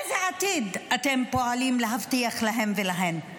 איזה עתיד אתם פועלים להבטיח להם ולהן?